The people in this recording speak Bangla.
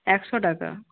একশো টাকা